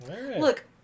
look